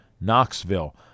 Knoxville